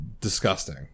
disgusting